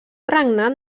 regnat